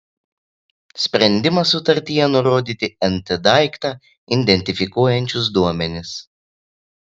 sprendimas sutartyje nurodyti nt daiktą identifikuojančius duomenis